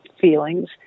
feelings